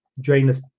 Drainless